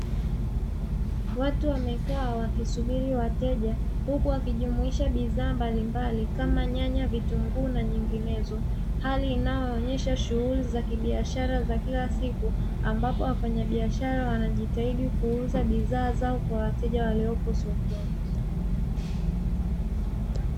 Watu wamekaa wakisubiri wateja, huku wakijumuisha bidhaa mbalimbali kama nyanya, vitunguu na nyinginezo. Hali inayoonesha shughuli za kibiashara za kila siku, ambapo wafanyabiashara wanajitahidi kuuza bidhaa zao kwa wateja waliopo sokoni.